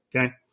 Okay